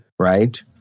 Right